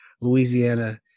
Louisiana